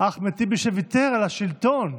אחמד טיבי, שוויתר על השלטון.